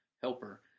helper